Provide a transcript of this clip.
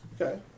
Okay